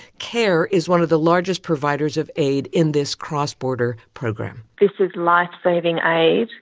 care is one of the largest providers of aid in this cross-border program this is lifesaving aid.